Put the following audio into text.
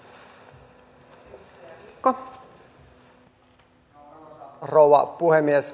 arvoisa rouva puhemies